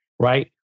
right